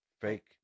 fake